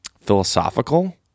philosophical